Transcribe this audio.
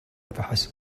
فحسب